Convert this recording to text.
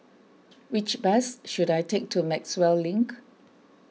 which bus should I take to Maxwell Link